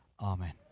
amen